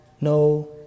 no